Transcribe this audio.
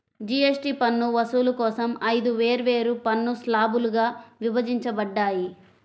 GST పన్ను వసూలు కోసం ఐదు వేర్వేరు పన్ను స్లాబ్లుగా విభజించబడ్డాయి